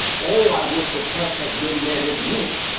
oh i wish the press had been there this week,